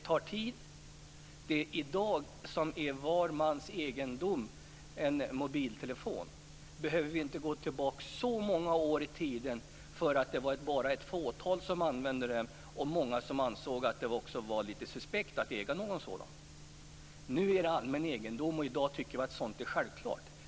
För det som i dag är var mans egendom, dvs. en mobiltelefon, behöver vi inte gå tillbaka så många år i tiden när det bara var ett fåtal som använde en sådan. Många ansåg också att det var lite suspekt att äga en sådan. Nu är den allmän egendom, och i dag tycker vi att det är självklart.